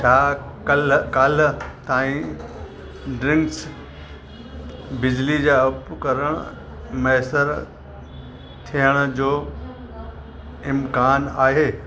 छा कल्ह काल्ह ताईं ड्रिन्क्स बिजली जा उपकरण मुयसरु थियण जो इम्कानु आहे